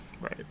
Right